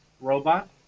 robot